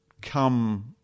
come